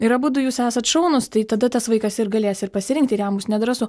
ir abudu jūs esat šaunūs tai tada tas vaikas ir galės ir pasirinkt ir jam bus nedrąsu